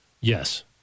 Yes